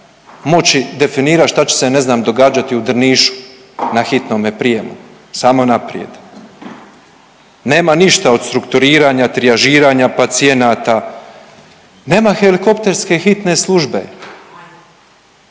moći definirati šta će se ne znam događati u Drnišu na hitnome prijemu. Samo naprijed. Nema ništa od strukturiranja, trijažiranja pacijenata, nema helikopterske hitne službe.